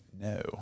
No